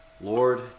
Lord